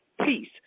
peace